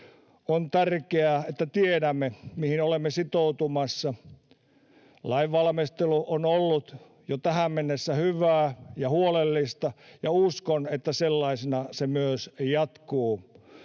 On tärkeää, että tiedämme, mihin olemme sitoutumassa. Lainvalmistelu on ollut jo tähän mennessä hyvää ja huolellista, ja uskon, että sellaisena se myös jatkuu.